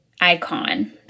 icon